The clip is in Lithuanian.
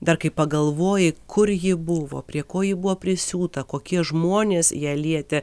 dar kai pagalvoji kur ji buvo prie ko ji buvo prisiūta kokie žmonės ją lietė